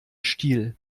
stil